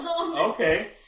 Okay